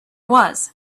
was